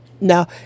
Now